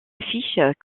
affiches